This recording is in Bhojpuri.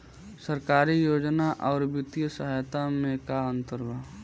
सरकारी योजना आउर वित्तीय सहायता के में का अंतर बा?